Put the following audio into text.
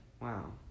wow